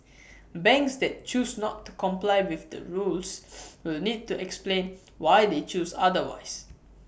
banks that choose not to comply with the rules will need to explain why they chose otherwise